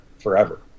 forever